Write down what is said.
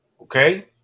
okay